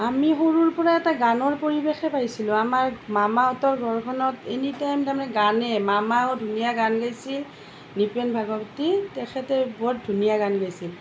আমি সৰুৰ পৰাই এটা গানৰ পৰিৱেশেই পাইছিলোঁ আমাৰ মামাহঁতৰ ঘৰখনত এনিটাইম তাৰমানে গানে মামাও ধুনীয়া গান গাইছিল নৃপেন ভাগৱতী তেখেতে বৰ ধুনীয়া গান গাইছিল